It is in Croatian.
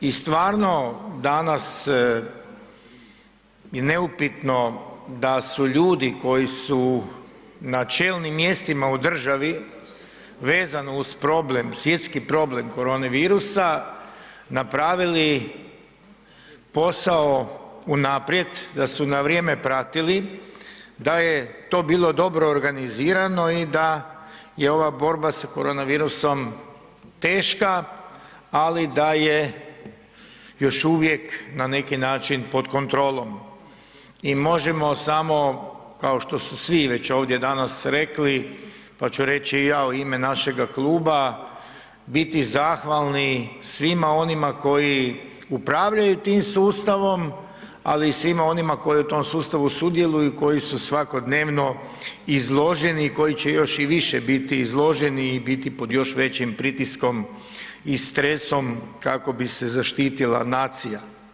I stvarno danas je neupitno da su ljudi koji su na čelnim mjestima u državi vezano uz svjetski problem korone virusa, napravili posao unaprijed, da su na vrijeme pratili, da je to bilo dobro organizirano i da je ova borba s korona virusom teška, ali da je još uvijek na neki način pod kontrolom i možemo samo kao što su svi već ovdje danas rekli, pa ću reći i ja u ime našega kluba, biti zahvalni svima onima koji upravljaju tim sustavom, ali i svima onima koji u tom sustavu sudjeluju i koji su svakodnevno izloženi i koji će još i više biti izloženi i biti pod još većim pritiskom i stresom kako bi se zaštitila nacija.